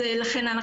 לכן,